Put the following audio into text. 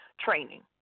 training